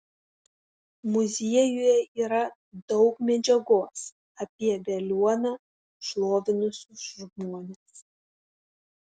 muziejuje yra daug medžiagos apie veliuoną šlovinusius žmones